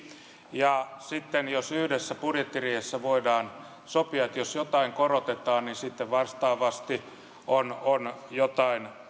ja sitten budjettiriihessä yhdessä voidaan sopia että jos jotain korotetaan niin sitten vastaavasti on on jotain